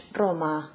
roma